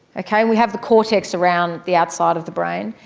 kind of we have the cortex around the outside of the brain.